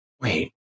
Wait